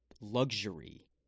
luxury